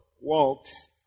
walks